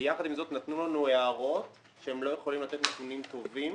ויחד עם זאת נתנו לנו הערות שהן לא יכולות לתת נתונים טובים